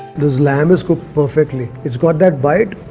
this lamb is cooked perfectly. it's got that bite.